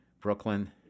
Brooklyn